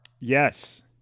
Yes